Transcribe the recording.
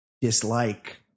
dislike